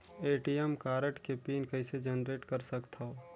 ATM card के pin कइसे generate कर सकथव?